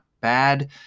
bad